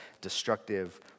destructive